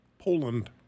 Poland